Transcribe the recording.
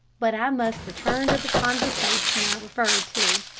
but i must return to the conversation i referred to.